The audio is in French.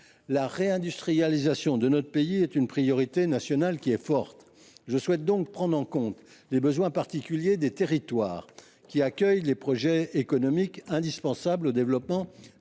La réindustrialisation de notre pays est une priorité nationale. Je souhaite donc prendre en compte les besoins particuliers des territoires qui accueillent les projets économiques indispensables au développement